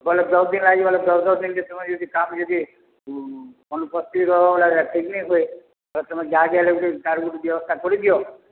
ବେଲେ ଦଶ୍ ଦିନ୍ ଲାଗି ବେଲେ ଦଶ୍ ଦଶ୍ ଦିନ୍ ତମେ ଯଦି କାମ୍ ଯଦି ଅନୁପସ୍ଥିତ ରହେବ ହେଲେ ଠିକ୍ ନି ହୁଏ ତାହେଲେ ତମେ ଯାହାକେ ହେଲେ ଗୁଟେ ତା'ର ଗୁଟେ ବ୍ୟବସ୍ଥା କରିଦିଅ